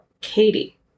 Katie